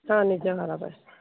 ହଁ ନିଜ ଘର ପାଇଁ